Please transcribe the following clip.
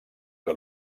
que